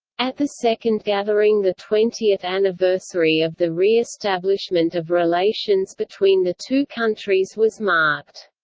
at the second gathering the twentieth anniversary of the re-establishment of relations between the two countries was marked.